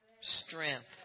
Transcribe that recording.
strength